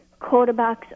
quarterbacks